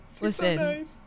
Listen